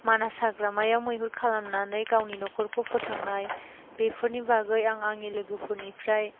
मानास हाग्रामायाव मैहुर खालामनानै गावनि नख'रखौ फोथांनाय बेफोरनि बागै आं आंनि लोगोफोरनिफ्राय